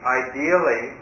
ideally